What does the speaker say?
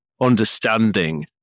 understanding